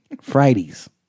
Fridays